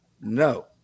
No